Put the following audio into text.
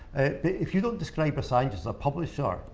if you don't describe assange as a publisher,